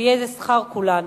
ויהא זה שכר כולנו.